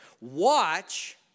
Watch